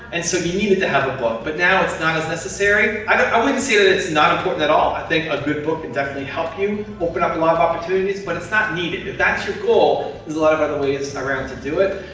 and so, you needed to have a book. but now, it's not as necessary. i wouldn't say that it's not important at all. i think a good book can definitely help you open up a lot of opportunities, but it's not needed. if that's your goal, there's a lot of other ways around to do it.